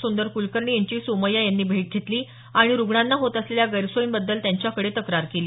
सुंदर कुलकर्णी यांची सोमय्या यांनी भेट घेतली आणि रुग्णांना होत असलेल्या गैरसोयींबाबत त्यांच्याकडे तक्रार केली